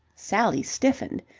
sally stiffened.